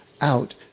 out